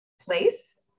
place